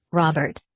robert!